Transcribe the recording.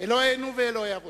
אלוהינו ואלוהי אבותינו,